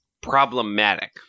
problematic